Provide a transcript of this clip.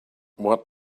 what